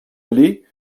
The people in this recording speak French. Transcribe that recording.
allait